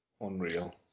Unreal